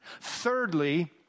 Thirdly